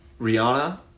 Rihanna